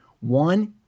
One